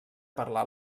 parlar